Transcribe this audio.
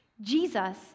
Jesus